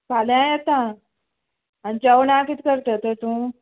फाल्यां येता आनी जेवणां किदें करत तर तूं